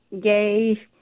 gay